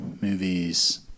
movies